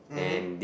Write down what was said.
(uh huh)